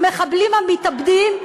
המחבלים המתאבדים,